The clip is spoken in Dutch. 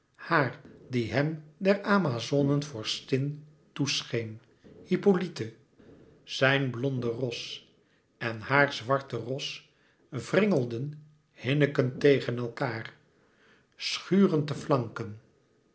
haar die hem der amazonen vorstin toe scheen hippolyte zijn blonde ros en haar zwarte ros wringelden hinnikend tegen elkaâr schurend de flanken